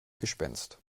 gespenst